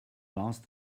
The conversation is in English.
last